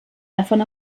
davon